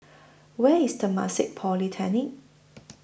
Where IS Temasek Polytechnic